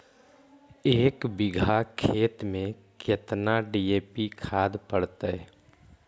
एक बिघा खेत में केतना डी.ए.पी खाद पड़तै?